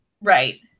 Right